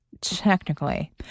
Technically